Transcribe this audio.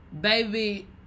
baby